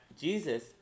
Jesus